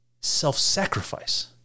self-sacrifice